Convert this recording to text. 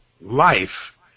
life